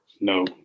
no